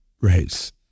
race